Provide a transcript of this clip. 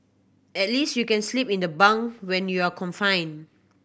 at least you can sleep in the bunk when you're confined